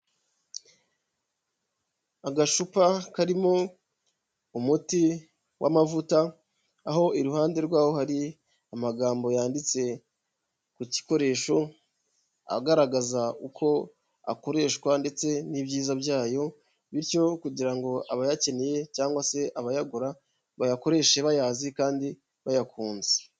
Agacupa karimo umuti w'amavuta aho iruhande rw'aho hari amagambo yanditse ku gikoresho agaragaza uko akoreshwa ndetse n'ibyiza byayo, bityo kugira ngo abayakeneye cyangwa se abayagura bayakoreshe bayazi kandi bayakunze.